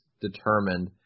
determined